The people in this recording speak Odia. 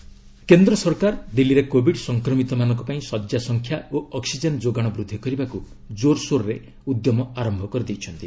କୋବିଡ୍ ବେଡସ୍ କେନ୍ଦ୍ର ସରକାର ଦିଲ୍ଲୀରେ କୋବିଡ୍ ସଂକ୍ରମିତମାନଙ୍କ ପାଇଁ ଶଯ୍ୟା ସଂଖ୍ୟା ଓ ଅକ୍ନିଜେନ୍ ଯୋଗାଣ ବୃଦ୍ଧି କରିବାକୁ ଜୋର୍ସୋରରେ ଉଦ୍ୟମ ଆରମ୍ଭ କରିଦେଇଛନ୍ତି